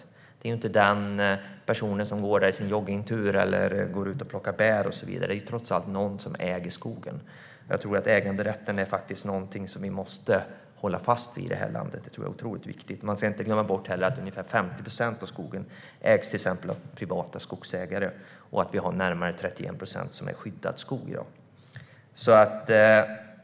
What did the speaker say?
Inte är det den person som har sin joggingtur eller går ut och plockar bär och så vidare. Det är trots allt någon som äger skogen. Äganderätten är någonting som vi måste hålla fast vid i det här landet. Det tror jag är otroligt viktigt. Man ska heller inte glömma bort att ungefär 50 procent av skogen ägs av privata skogsägare och att vi har närmare 31 procent skyddad skog i dag.